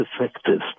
effective